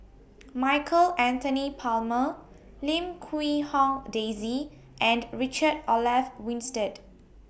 Michael Anthony Palmer Lim Quee Hong Daisy and Richard Olaf Winstedt